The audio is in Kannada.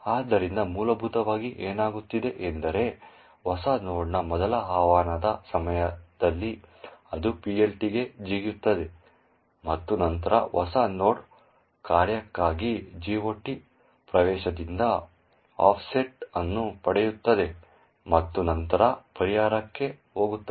ಆದ್ದರಿಂದ ಮೂಲಭೂತವಾಗಿ ಏನಾಗುತ್ತಿದೆ ಎಂದರೆ ಹೊಸ ನೋಡ್ನ ಮೊದಲ ಆಹ್ವಾನದ ಸಮಯದಲ್ಲಿ ಅದು PLT ಗೆ ಜಿಗಿಯುತ್ತದೆ ಮತ್ತು ನಂತರ ಹೊಸ ನೋಡ್ ಕಾರ್ಯಕ್ಕಾಗಿ GOT ಪ್ರವೇಶದಿಂದ ಆಫ್ಸೆಟ್ ಅನ್ನು ಪಡೆಯುತ್ತದೆ ಮತ್ತು ನಂತರ ಪರಿಹಾರಕಕ್ಕೆ ಹೋಗುತ್ತದೆ